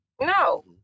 no